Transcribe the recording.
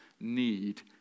need